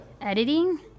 editing